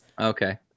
okay